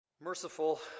Merciful